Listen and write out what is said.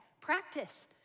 Practice